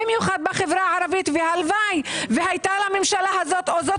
במיוחד בחברה הערבית והלוואי שהייתה לממשלה הזו או זו